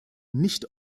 nicht